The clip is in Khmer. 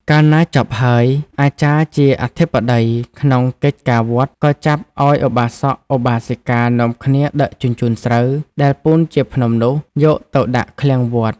កាលណាចប់ហើយ អាចារ្យជាអធិបតី ក្នុងកិច្ចការ វត្ត ក៏ចាប់ឲ្យឧបាសក ឧបាសិកានាំគ្នាដឹកជញ្ជូនស្រូវ ដែលពូនជាភ្នំនោះ យកទៅដាក់ឃ្លាំងវត្ត ។